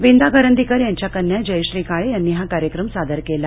विंदा करंदीकर यांच्या कन्या जयश्री काळे यांनी हा कार्यक्रम सादर केला